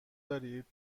دارید